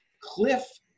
cliff